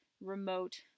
remote